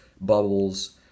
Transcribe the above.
bubbles